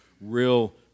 real